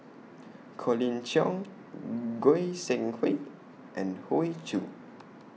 Colin Cheong Goi Seng Hui and Hoey Choo